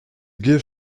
gift